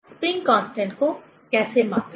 spring constant को कैसे मापें